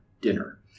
dinner